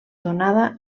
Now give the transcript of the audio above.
donada